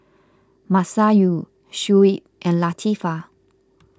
Masayu Shuib and Latifa